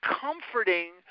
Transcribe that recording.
comforting